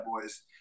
boys